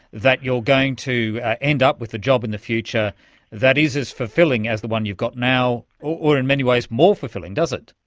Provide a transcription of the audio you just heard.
that you are going to end up with a job in the future that is as fulfilling as the one you've got now or in many ways more fulfilling, does it?